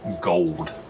gold